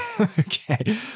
okay